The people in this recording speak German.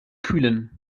kühlen